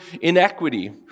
inequity